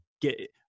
get –